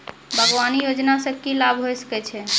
बागवानी योजना मे की लाभ होय सके छै?